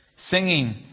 singing